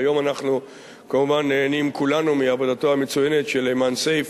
והיום אנחנו כמובן נהנים כולנו מעבודתו המצוינת של איימן סייף